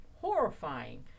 horrifying